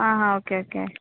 okay okay